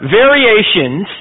variations